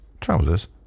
trousers